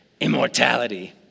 Immortality